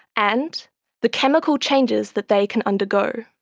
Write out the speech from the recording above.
and the chemical changes that they can undergo.